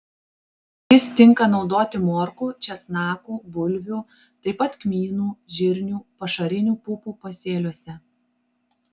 jis tinka naudoti morkų česnakų bulvių taip pat kmynų žirnių pašarinių pupų pasėliuose